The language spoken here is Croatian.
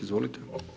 Izvolite.